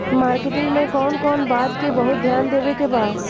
Marketing मे कौन कौन बात के बहुत ध्यान देवे के बा?